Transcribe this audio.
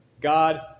God